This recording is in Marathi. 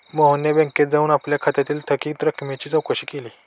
मोहनने बँकेत जाऊन आपल्या खात्यातील थकीत रकमेची चौकशी केली